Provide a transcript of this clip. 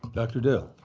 dr. dale.